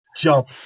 jump